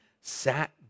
sat